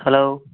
hello